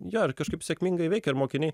jo ir kažkaip sėkmingai veikia ir mokiniai